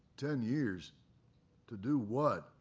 ten years to do what?